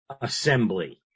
assembly